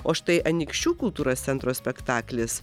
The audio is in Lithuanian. o štai anykščių kultūros centro spektaklis